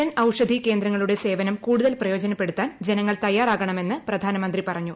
ജൻ ഔഷധി കേന്ദ്രങ്ങളുടെ സേവനം കൂടുതൽ പ്രയോജനപ്പെടുത്താൻ ജനങ്ങൾ തയ്യാറാകണമെന്ന് പ്രധാനമന്ത്രി പറഞ്ഞു